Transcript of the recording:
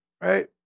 Right